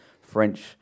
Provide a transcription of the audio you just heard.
French